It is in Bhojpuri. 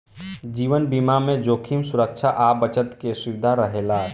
जीवन बीमा में जोखिम सुरक्षा आ बचत के सुविधा रहेला का?